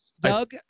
Doug